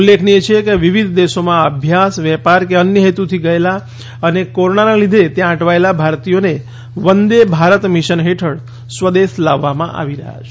ઉલ્લેખનીય છે કે વિવિધ દેશોમાં અભ્યાસ વેપાર કે અન્ય હેતુથી ગયેલા અને કોરોનાના લીઘે ત્યાં અટવાયેલા ભારતીયોને વંદે ભારત મીશન હેઠળ સ્વદેશ લાવવામાં આવી રહ્યા છે